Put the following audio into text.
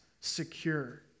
secure